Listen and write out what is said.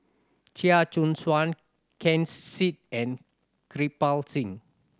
Chia Choo Suan Ken Seet and Kirpal Singh